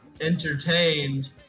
entertained